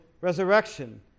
resurrection